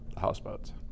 houseboats